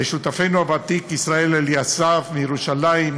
לשותפנו הוותיק ישראל אליסף מירושלים,